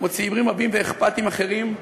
כמו צעירים אכפתיים רבים אחרים,